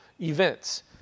events